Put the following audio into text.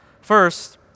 First